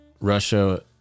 Russia